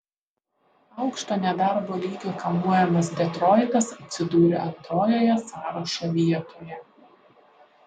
aukšto nedarbo lygio kamuojamas detroitas atsidūrė antrojoje sąrašo vietoje